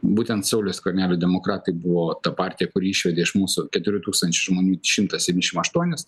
būtent sauliaus skvernelio demokratai buvo ta partija kuri išvedė iš mūsų keturių tūkstančių žmonių šimtą septyniasdešim aštuonis